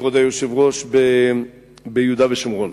כבוד היושב-ראש, ביהודה ושומרון.